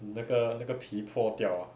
mm 那个那个皮破掉 ah